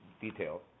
details